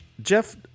Jeff